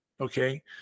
Okay